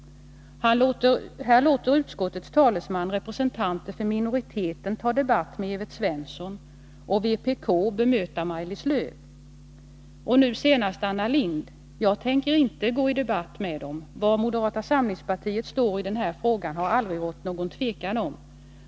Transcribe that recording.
Här låter utskottets talesman representanter för minoriteten ta debatt med Evert Svensson och vpk:s representant bemöta Maj-Lis Lööw. Och nu senast Anna Lindh. Jag tänker inte ta upp någon debatt med dem. Var moderata samlingspartiet står i denna fråga har det aldrig rått något tvivel om.